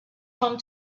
home